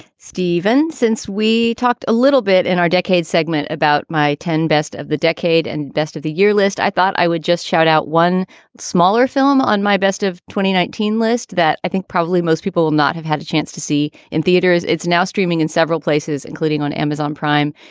stephen, since we talked a little bit in our decades' segment about my ten best of the decade and best of the year list, i thought i would just shout out one smaller film on my best of twenty nineteen list that i think probably most people will not have had a chance to see in theaters. it's now streaming in several places, including on amazon prime.